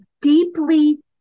deeply